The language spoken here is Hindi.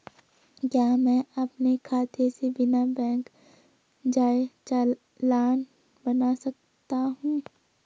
क्या मैं अपने खाते से बिना बैंक जाए चालान बना सकता हूँ?